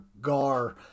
Gar